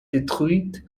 détruite